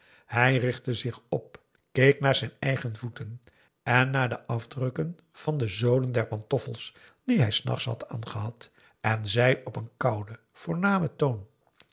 hij richtte zich op keek naar zijn eigen voeten en naar de afdrukken van de zolen der pantoffels die hij s nachts had aangehad en zei op een kouden voornamen toon